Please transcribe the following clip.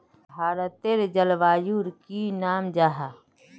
भारतेर जलवायुर की नाम जाहा?